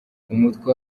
umutwe